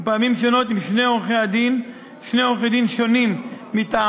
ובפעמים שונות עם שני עורכי-דין שונים מטעמם,